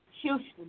Houston